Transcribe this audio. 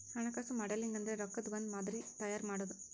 ಹಣಕಾಸು ಮಾಡೆಲಿಂಗ್ ಅಂದ್ರೆ ರೊಕ್ಕದ್ ಒಂದ್ ಮಾದರಿ ತಯಾರ ಮಾಡೋದು